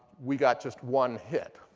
we got just one hit.